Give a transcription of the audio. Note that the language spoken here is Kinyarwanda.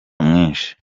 mwinshi